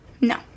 No